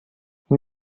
این